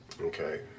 okay